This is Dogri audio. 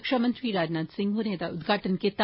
रक्षा मंत्री राजनाथ सिंह होर एहदा उद्घाटन कीता